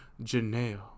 janelle